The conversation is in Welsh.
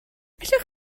allwch